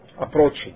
approaching